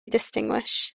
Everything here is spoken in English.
distinguish